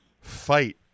fight